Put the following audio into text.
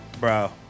bro